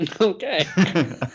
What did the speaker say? Okay